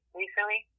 recently